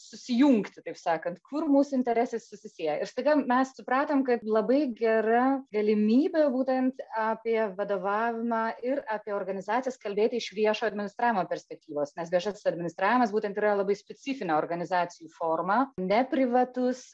susijungti taip sakant kad kur mūsų interesai susisieja ir staiga mes supratom kad labai gera galimybė būtent apie vadovavimą ir apie organizacijas kalbėti iš viešo administravimo perspektyvos nes viešasis administravimas būtent yra labai specifinė organizacijų forma ne privatus